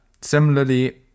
Similarly